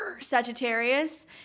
Sagittarius